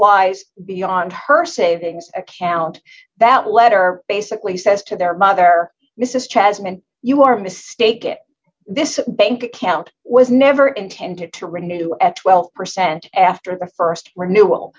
applies beyond her savings account that letter basically says to their mother mrs chapman you are mistaken this bank account was never intended to renew at twelve percent after the st renewal